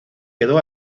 quedó